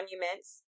monuments